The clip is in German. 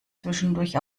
zwischendurch